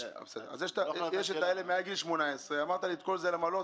יש את אלה מעל גיל 18 שאמרת לי למה לא.